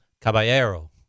Caballero